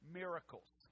miracles